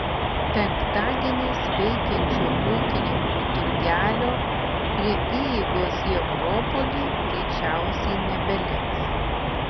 penktadieniais veikiančio ūkininkų turgelio prie įeigos į akropolį greičiausiai nebeliks